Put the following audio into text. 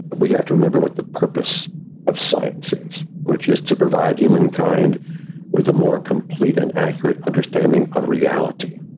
we have to remember what the purpose of science is, which is to provide humankind with a more complete and accurate understanding of reality.